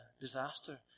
disaster